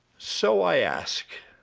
so i ask